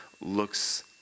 looks